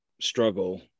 struggle